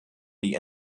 die